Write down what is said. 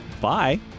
Bye